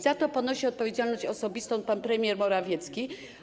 Za to ponosi odpowiedzialność osobistą pan premier Morawiecki.